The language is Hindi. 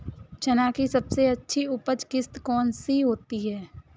चना की सबसे अच्छी उपज किश्त कौन सी होती है?